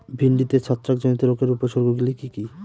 ভিন্ডিতে ছত্রাক জনিত রোগের উপসর্গ গুলি কি কী?